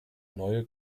neue